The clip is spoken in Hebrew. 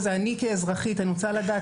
אני כאזרחית רוצה לדעת.